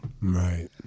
Right